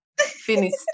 Finished